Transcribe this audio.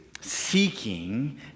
seeking